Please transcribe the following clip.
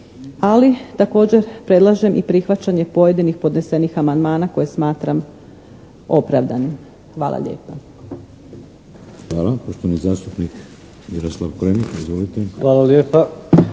ali također predlažem i prihvaćanje pojedinih podnesenih amandmana koje smatram opravdanim. Hvala lijepa. **Šeks, Vladimir (HDZ)** Hvala. Uvaženi zastupnik Miroslav Korenika. Izvolite. **Korenika,